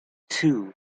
two